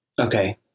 okay